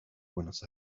buenos